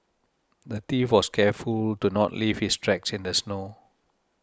the thief was careful to not leave his tracks in the snow